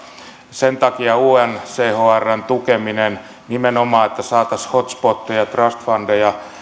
sen takia on unchrn tukeminen nimenomaan että saataisiin hot spoteja trust fundeja